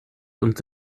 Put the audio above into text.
und